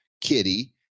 kitty